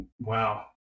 Wow